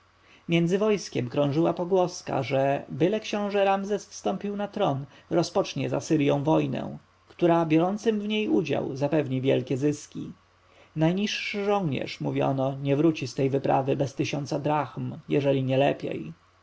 między wojskiem krążyła pogłoska że byle książę ramzes wstąpił na tron rozpocznie z asyrją wojnę która biorącym w niej udział zapewni wielkie zyski najniższy żołnierz mówiono nie wróci z tej wyprawy bez tysiąca drachm jeżeli nie lepiej